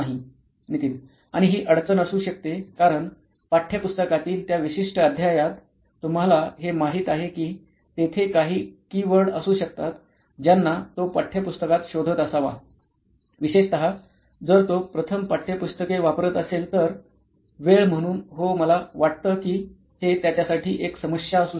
नितीन आणि ही अडचण असू शकते कारण पाठ्यपुस्तकातील त्या विशिष्ट अध्यायात तुम्हाला हे माहित आहे की तेथे काही कीवर्ड असू शकतात ज्यांना तो पाठ्यपुस्तकात शोधत असावा विशेषत जर तो प्रथम पाठ्यपुस्तके वापरत असेल तर वेळ म्हणून हो मला वाटतं की हे त्याच्यासाठी एक समस्या असू शकते